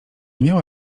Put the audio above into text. miała